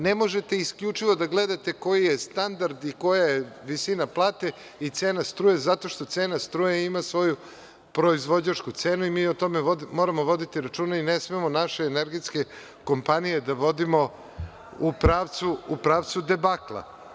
Ne možete isključivo da gledate koji je standard i koja je visina plate i cena struje zato što cena struje ima svoju proizvođačku cenu i mi o tome moramo voditi računa i ne smemo naše energetske kompanije da vodimo u pravcu debakla.